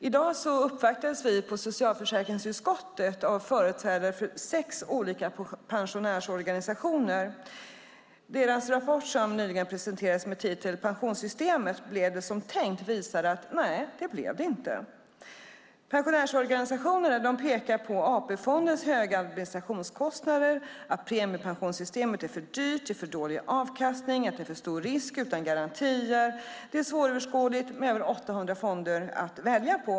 I dag uppvaktades vi på socialförsäkringsutskottet av företrädare för sex olika pensionärsorganisationer. Deras rapport, som nyligen presenterades med titeln Pensionssystemet, blev det som tänkt?, visar att nej, det blev det inte. Pensionärsorganisationerna pekar på AP-fondens höga administrationskostnader, att premiepensionssystemet är för dyrt, att det är för dålig avkastning, att det är för stor risk utan garantier och att det är svåröverskådligt med över 800 fonder att välja på.